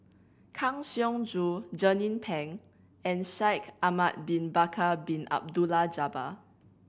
Kang Siong Joo Jernnine Pang and Shaikh Ahmad Bin Bakar Bin Abdullah Jabbar